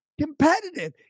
competitive